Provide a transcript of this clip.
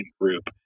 group